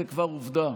זו כבר עובדה,